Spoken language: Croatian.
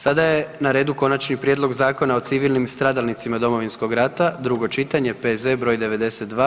Sada je na redu Konačni prijedlog Zakona o civilnim stradalnicima Domovinskog rata, drugo čitanje, P.Z. br. 92.